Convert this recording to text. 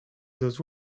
those